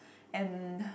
and